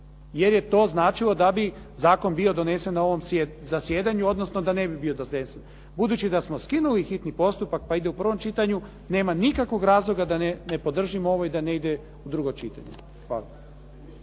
jer je to značilo da bi zakon bio donesen na ovom zasjedanju odnosno da ne bi bio …/Govornik se ne razumije./… Budući da smo skinuli hitni postupak pa ide u prvom čitanju nema nikakvog razloga da ne podržimo ovo i da ne ide u drugo čitanje.